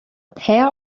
pair